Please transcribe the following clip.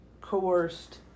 coerced